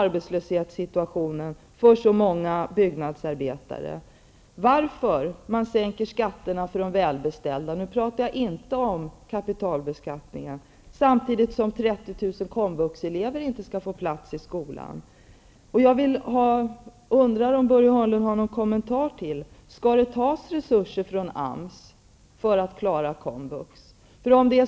Varför sänker ni skatterna för de välbeställda -- nu talar jag inte om kapitalbeskattningen -- samtidigt som 30 000 komvuxelever inte skall få plats? Har Börje Hörnlund någon kommentar till att det skall tas resurser från AMS för att klara komvux?